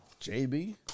JB